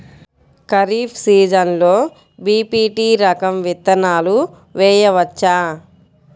ఖరీఫ్ సీజన్లో బి.పీ.టీ రకం విత్తనాలు వేయవచ్చా?